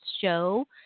show